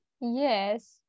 Yes